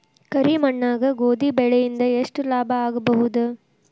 ಕರಿ ಮಣ್ಣಾಗ ಗೋಧಿ ಬೆಳಿ ಇಂದ ಎಷ್ಟ ಲಾಭ ಆಗಬಹುದ?